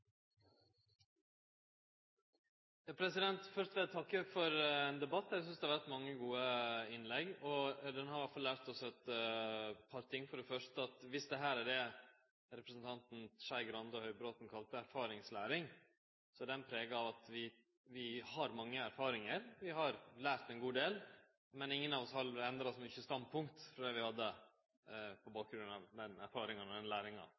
vore mange gode innlegg. Den har iallfall lært oss eit par ting. For det første: Dersom dette er det representantane Skei Grande og Høybråten kalla erfaringslæring, er det prega av at vi har mange erfaringar. Vi har lært ein god del, men ingen av oss har endra så mykje standpunkt frå det vi hadde, på bakgrunn av erfaringa og læringa. For det andre: Eg vil seie at det at det vart debattert i Stortinget for ti år sidan, faktisk gjer at vi veit kva alle sa den